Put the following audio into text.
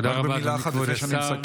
תודה רבה, אדוני כבוד השר.